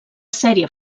sèrie